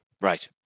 Right